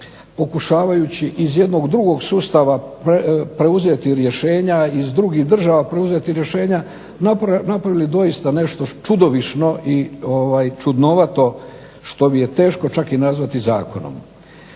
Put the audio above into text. pokušavajući iz jednog drugog sustava preuzeti rješenja i iz drugih država preuzeti rješenja napravili doista nešto čudovišno i čudnovato što mi je teško čak i nazvati zakonom.